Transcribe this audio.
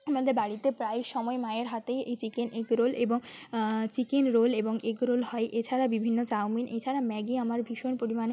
আমাদের বাড়িতে প্রায় সময় মায়ের হাতেই এই চিকেন এগরোল এবং চিকেন রোল এবং এগরোল হয় এছাড়া বিভিন্ন চাউমিন এছাড়া ম্যাগি আমার ভীষণ পরিমাণে